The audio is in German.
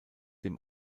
dem